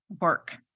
work